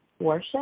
worship